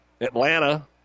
Atlanta